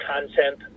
content